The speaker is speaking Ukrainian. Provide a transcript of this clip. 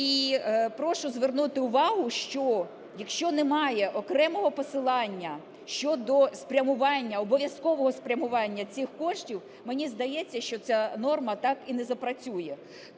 І прошу звернути увагу, що якщо немає окремого посилання щодо спрямування, обов'язкового спрямування цих коштів, мені здається, що ця норма так і не запрацює.